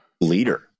leader